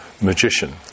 magician